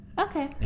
Okay